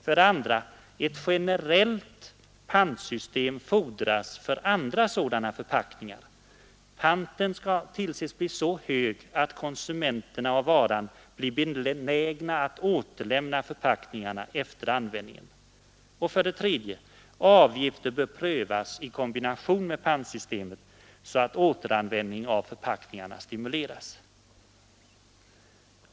För det andra fordras ett generellt pantsystem för övriga sådana förpackningar. Panten skall tillses bli så hög att konsumenterna av varan blir benägna att återlämna förpackningarna efter användningen. För det tredje bör avgifter kunna prövas i kombination med pantsystemet så att återanvändning av förpackningarna stimuleras.